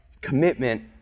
commitment